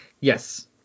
Yes